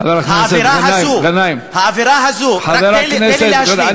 חבר הכנסת גנאים, האווירה הזאת, חבר הכנסת גנאים.